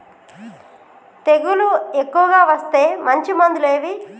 తెగులు ఎక్కువగా వస్తే మంచి మందులు ఏవి?